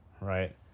right